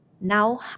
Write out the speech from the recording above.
Now